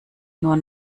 nur